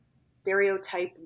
stereotype